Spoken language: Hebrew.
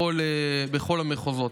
בכל המחוזות.